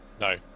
No